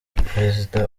perezida